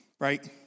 right